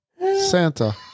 Santa